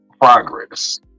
progress